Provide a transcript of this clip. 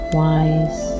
wise